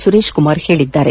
ಸುರೇಶ್ ಕುಮಾರ್ ಹೇಳಿದ್ದಾರೆ